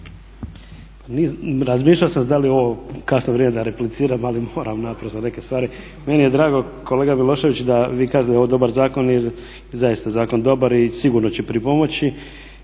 Razmišljao sam se da li u ovo kasno vrijeme da repliciram ali moram naprosto neke stvari. Meni je drago kolega Milošević da vi kažete da je ovo dobar zakon jer je zaista zakon dobar i sigurno će pripomoći.